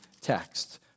text